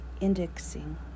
Indexing